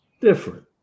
different